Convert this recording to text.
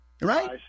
Right